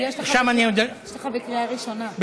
יש לך בקריאה ראשונה.